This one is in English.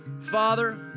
Father